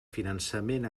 finançament